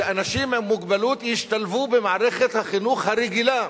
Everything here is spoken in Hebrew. שאנשים עם מוגבלות ישתלבו במערכת החינוך הרגילה,